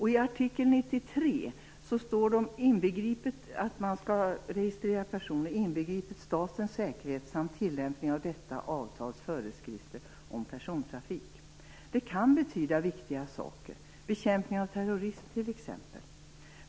I artikel 93 står det att man skall registrera personer för att bevara allmän säkerhet, inbegripet statens säkerhet, samt för tillämpning av avtalets föreskrifter om persontrafik. Det kan betyda viktiga saker, t.ex. bekämpning av terrorism.